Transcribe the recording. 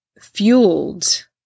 fueled